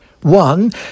One